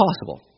possible